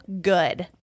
good